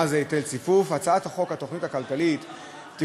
מה זה היטל ציפוף: הצעת החוק התוכנית הכלכלית (תיקוני